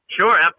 Sure